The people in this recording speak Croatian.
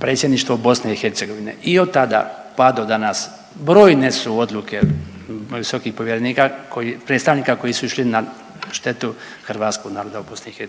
predsjedništvo BiH i otada, pa do danas brojne su odluke visokih povjerenika koji, predstavnika koji su išli na štetu hrvatskog naroda u BiH